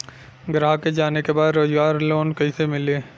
ग्राहक के जाने के बा रोजगार लोन कईसे मिली?